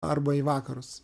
arba į vakarus